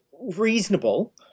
reasonable